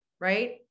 right